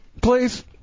Please